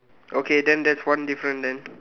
okay then that's one difference then